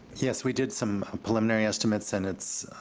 yes, we did some preliminary estimates, and it's